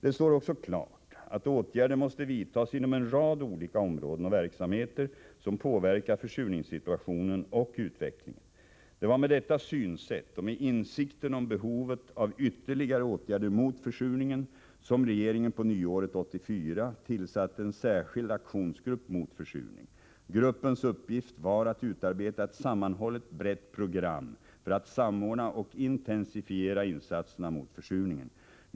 Det står också klart att åtgärder måste vidtas inom en rad olika områden och verksamheter som påverkar försurningssituationen och utvecklingen. Det var med detta synsätt och med insikten om behovet av ytterligare åtgärder mot försurningen som regeringen på nyåret 1984 tillsatte en särskild aktionsgrupp mot försurning. Gruppens uppgift var att utarbeta ett sammanhållet brett program för att samordna och intensifiera insatserna mot försurningen.